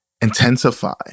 intensify